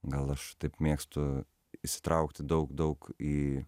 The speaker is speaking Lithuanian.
gal aš taip mėgstu išsitraukti daug daug į